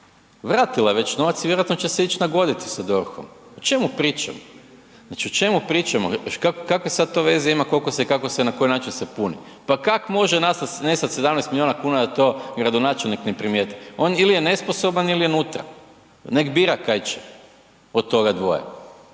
vratila je već novac i vjerojatno će se ići nagoditi sa DORH-om. O čemu pričamo? Znači o čemu pričamo? Kave sad to veze ima koliko se i kako se i na koji način se puni. Pa kako može nestati 17 milijuna kuna da to gradonačelnik ne primijeti, on ili je nesposoban ili je unutra nek bira kaj će od toga dvoje.